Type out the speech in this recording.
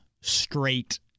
straight